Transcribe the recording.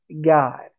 God